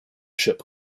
ship